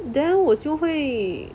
then 我就会